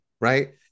right